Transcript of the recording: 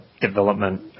development